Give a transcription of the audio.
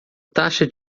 taxa